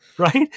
right